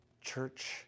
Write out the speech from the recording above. Church